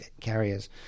carriers